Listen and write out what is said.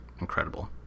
incredible